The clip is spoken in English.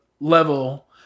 level